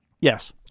Yes